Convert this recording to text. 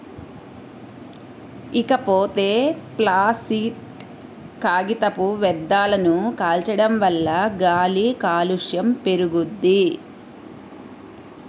ఇకపోతే ప్లాసిట్ కాగితపు వ్యర్థాలను కాల్చడం వల్ల గాలి కాలుష్యం పెరుగుద్ది